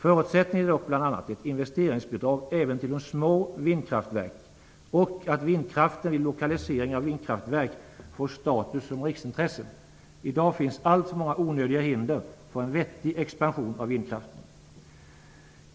Förutsättningen är dock bl.a. ett investeringsbidrag även till små vindkraftverk och att vindkraften vid lokalisering av vindkraftverk får status som riksintresse. I dag finns alltför många onödiga hinder för en vettig expansion av vindkraften.